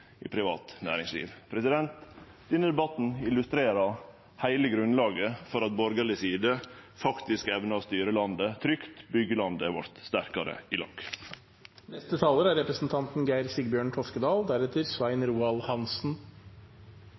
i privat næringsliv. Denne debatten illustrerer heile grunnlaget for at borgarleg side faktisk evnar å styre landet trygt og byggje landet vårt sterkare i